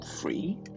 free